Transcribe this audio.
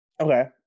Okay